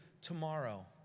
tomorrow